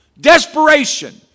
desperation